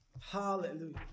Hallelujah